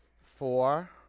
four